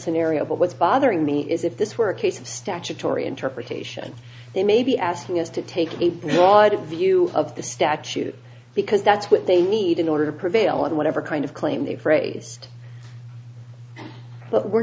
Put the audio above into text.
scenario but what's bothering me is if this were a case of statutory interpretation they may be asking us to take a broader view of the statute because that's what they need in order to prevail in whatever kind of claim they've raised but we're